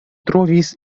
trovis